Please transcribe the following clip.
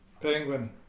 Penguin